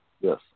Yes